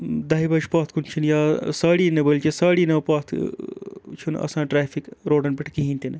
دَہہِ بَجہِ پَتھ کُن چھِنہٕ یا ساڑی نَہ بلکہِ ساڑی نَوِ پَتھ چھُنہٕ آسان ٹرٛیفِک روڈَن پٮ۪ٹھ کِہیٖنۍ تہِ نہٕ